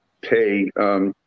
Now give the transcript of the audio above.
pay